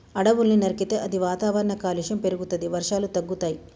అడవుల్ని నరికితే అది వాతావరణ కాలుష్యం పెరుగుతది, వర్షాలు తగ్గుతయి